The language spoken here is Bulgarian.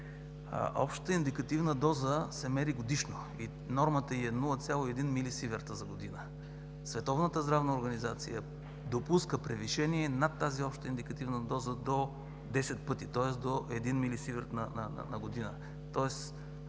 общата индикативна доза се мери годишно и нормата й е 0,1 милисиверта за година. Световната здравна организация допуска превишение на тази обща индикативна доза до 10 пъти, тоест до 1 милисиверт на година.